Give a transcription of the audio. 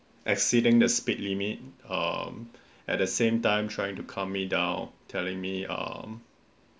exceeding the speed limit hmm at the same time trying to calm me down telling me hmm